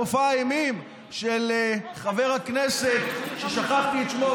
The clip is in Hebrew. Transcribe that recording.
מופע האימים של חבר הכנסת ששכחתי את שמו,